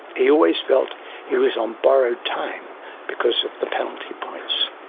he always felt he was on borrowed time because of the penalty points.